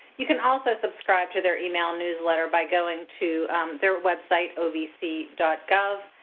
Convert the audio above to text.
you can also subscribe to their email newsletter by going to their website, ovc gov,